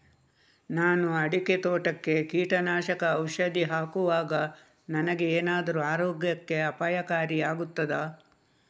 ನಾನು ಅಡಿಕೆ ತೋಟಕ್ಕೆ ಕೀಟನಾಶಕ ಔಷಧಿ ಹಾಕುವಾಗ ನನಗೆ ಏನಾದರೂ ಆರೋಗ್ಯಕ್ಕೆ ಅಪಾಯಕಾರಿ ಆಗುತ್ತದಾ?